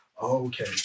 okay